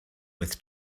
with